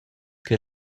che